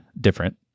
different